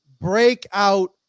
Breakout